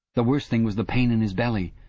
the worst thing was the pain in his belly.